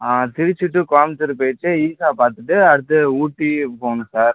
Trichy to Coimbatore போய்விட்டு ஈஷா பார்த்துட்டு அடுத்தது ஊட்டி போகணும் சார்